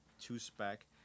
two-spec